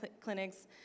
clinics